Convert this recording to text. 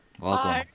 Welcome